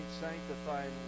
sanctifying